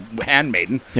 handmaiden